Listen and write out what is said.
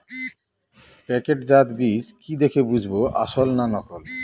প্যাকেটজাত বীজ কি দেখে বুঝব আসল না নকল?